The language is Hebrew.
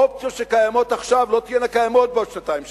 אופציות שקיימות עכשיו לא תהיינה קיימות בעוד שנתיים,